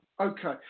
Okay